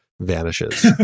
vanishes